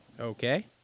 Okay